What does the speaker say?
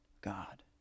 God